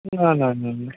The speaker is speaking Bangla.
না না না না